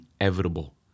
inevitable